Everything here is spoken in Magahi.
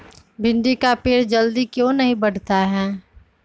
भिंडी का पेड़ जल्दी क्यों नहीं बढ़ता हैं?